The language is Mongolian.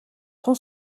тун